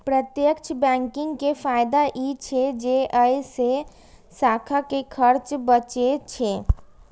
प्रत्यक्ष बैंकिंग के फायदा ई छै जे अय से शाखा के खर्च बचै छै